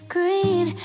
Green